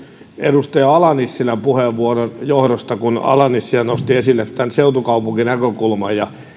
edustaja ala nissilän puheenvuoron johdosta kun ala nissilä nosti esille seutukaupunkinäkökulman